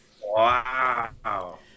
Wow